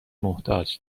محتاج